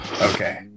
Okay